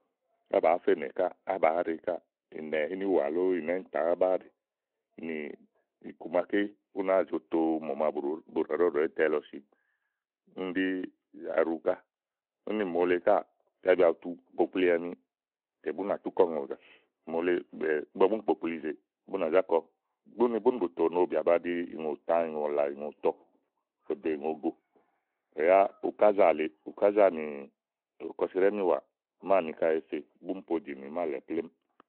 á bàáa fenè káà á kàáa ɖe káà, ìnɛ ínìwà lóó ìnɛ̀ íìntã kása á báa ɖè úni iku maké bú náa zo to mòma bu ɖàá ɖɔɖɔ ìtɛ lɔ si úni ɖí aɖu ká úni mòole káà kaɖi bìà bù tu kpòkpli ɛ̀ni tè bú ná tú kɔ ùŋòzà. Mòole ígbɔ búni kpò kpli ìzè bú nà zá kɔ úni búni bù tó nòo bìà ba ɖi ìŋòtã, ìŋòlã, ìŋòtɔ fò dò ìŋogo tè yá ukázà nì kɔsìɖá ínìwàá mááni ká èé fe tè búni podínì máà lɛ plémú.